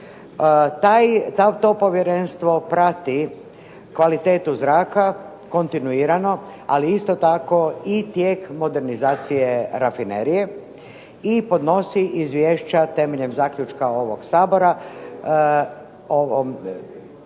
To povjerenstvo prati kvalitetu zraka kontinuirano ali isto tako i tijek modernizacije rafinerije i podnosi izvješća temeljem zaključka ovog Sabora